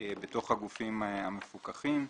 הגופים המפוקחים.